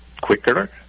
quicker